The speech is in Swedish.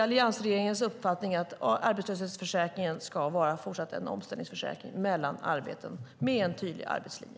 Alliansregeringens uppfattning är att arbetslöshetsförsäkringen fortsatt ska vara en omställningsförsäkring mellan arbeten med en tydlig arbetslinje.